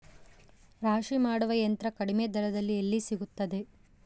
ರಾಶಿ ಮಾಡುವ ಯಂತ್ರ ಕಡಿಮೆ ದರದಲ್ಲಿ ಎಲ್ಲಿ ಸಿಗುತ್ತದೆ?